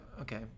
okay